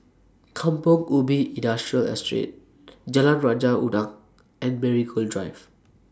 Kampong Ubi Industrial Estate Jalan Raja Udang and Marigold Drive